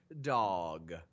dog